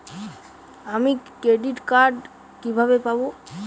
আমি credit card কিভাবে পাবো?